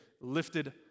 lifted